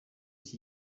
iki